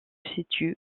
situe